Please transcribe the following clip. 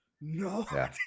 No